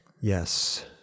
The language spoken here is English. yes